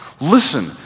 Listen